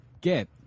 get